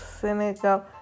Senegal